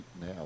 now